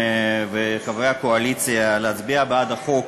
ואת חברי הקואליציה להצביע בעד חוק